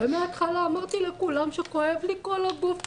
ומהתחלה אמרתי לכולם שכואב לי כל הגוף,